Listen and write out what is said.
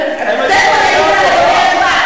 תיכף אני אגיד לך לגבי ההשוואה.